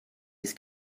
his